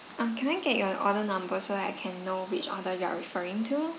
ah can I get your order number so that I can know which order you are referring to